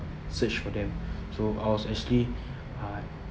search for them so I was actually uh